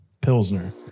Pilsner